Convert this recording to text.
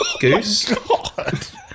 Goose